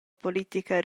politica